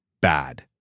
bad